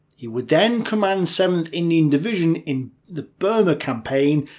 he would then command seventh indian division in the burma campaign,